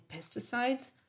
pesticides